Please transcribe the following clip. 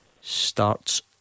starts